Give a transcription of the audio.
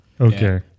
Okay